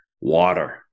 water